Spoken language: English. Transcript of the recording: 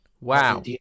wow